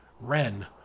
Ren